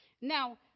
Now